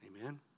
Amen